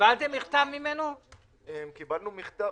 בשלבי התזכיר.